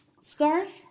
scarf